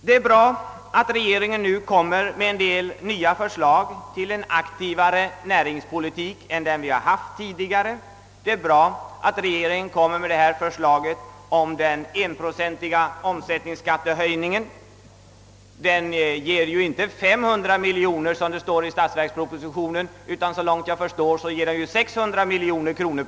Det är bra att regeringen nu framlagt nya förslag till en aktivare näringspolitik än den hittillsvarande, och det är också bra att regeringen föreslår en höjning av omsättningsskatten med en procent. Den ger inte 500 miljoner kronor per år som det står i statsverkspropositionen utan såvitt jag förstår 600 miljoner kronor.